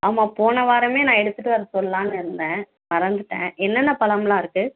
ஆமாம் போன வாரமே நான் எடுத்துகிட்டு வர சொல்லலான்னு இருந்தேன் மறந்துவிட்டேன் என்னென்ன பழம்லாம் இருக்குது